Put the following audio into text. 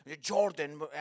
Jordan